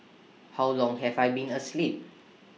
how long have I been asleep